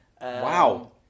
Wow